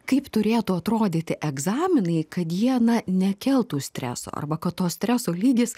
kaip turėtų atrodyti egzaminai kad jie na nekeltų streso arba kad to streso lygis